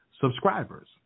subscribers